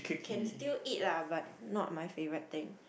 can still eat lah but not my favourite thing